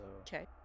Okay